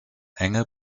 enge